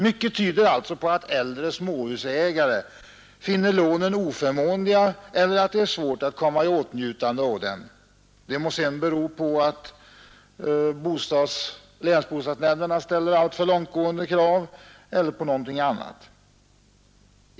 Mycket tyder alltså på att äldre småhusägare finner lånen oförmånliga eller att det är svårt att komma i åtnjutande av dem — det må sedan bero på att länsbostadsnämnderna ställer alltför långtgående krav eller på något annat.